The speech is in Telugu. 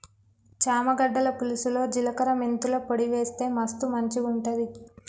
చామ గడ్డల పులుసులో జిలకర మెంతుల పొడి వేస్తె మస్తు మంచిగుంటది